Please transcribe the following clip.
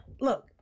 look